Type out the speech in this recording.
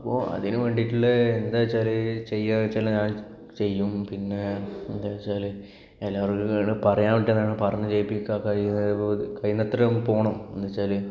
അപ്പോൾ അതിന് വേണ്ടിയിട്ടുള്ള എന്താന്ന് വെച്ചാൽ ചെയ്യുക വെച്ചാൽ ഞാൻ ചെയ്യും പിന്നെ എന്താന്ന് വെച്ചാല് എല്ലാവരും പറയാനുള്ളത് പറഞ്ഞ് കേൾപ്പിക്കുക കഴിയുന്ന കഴിയുന്നത്രയും പോകണം എന്താന്ന് വെച്ചാല്